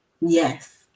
Yes